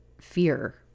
fear